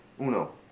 Uno